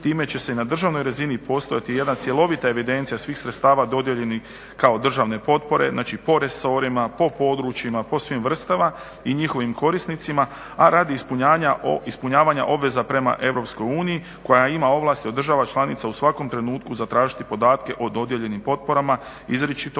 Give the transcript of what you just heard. Time će i na državnoj razini postojati jedna cjelovita evidencija svih sredstava dodijeljenih kao državne potpore, znači po resorima, po područjima, po svim vrstama i njihovim korisnicima, a radi ispunjavanja obveza prema Europskoj uniji koja ima ovlasti od država članica u svakom trenutku zatražiti podatke o dodijeljenim potporama, izričito